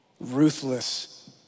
ruthless